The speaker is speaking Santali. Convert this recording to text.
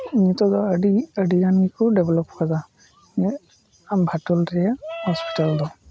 ᱱᱤᱛᱳᱜ ᱫᱚ ᱟᱹᱰᱤ ᱟᱹᱰᱤ ᱜᱟᱱ ᱜᱮᱠᱚ ᱰᱮᱯᱞᱚᱯ ᱟᱠᱟᱫᱟ ᱢᱟᱱᱮ ᱟᱢᱜᱷᱟᱴᱚᱞ ᱨᱮᱭᱟᱜ ᱦᱚᱸᱥᱯᱤᱴᱟᱞ ᱫᱚ